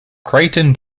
creighton